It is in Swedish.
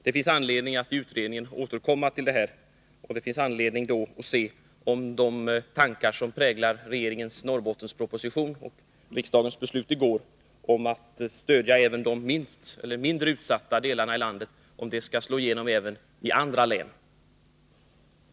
Det finns anledning att i utredningen återkomma till detta och se om de tankar som präglar regeringens Norrbottensproposition och riksdagens beslut i går, att man skall stödja även de mindre utsatta delarna av landet, skall slå igenom också i fråga om andra län.